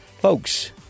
Folks